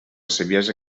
saviesa